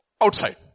Outside